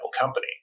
company